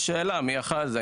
יש שאלה מי אחראי על זה,